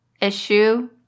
issue